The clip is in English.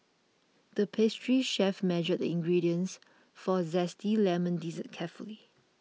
the pastry chef measured the ingredients for a Zesty Lemon Dessert carefully